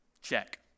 Check